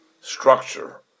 structure